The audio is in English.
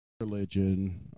religion